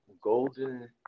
golden